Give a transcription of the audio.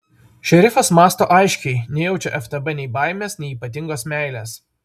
šerifas mąsto aiškiai nejaučia ftb nei baimės nei ypatingos meilės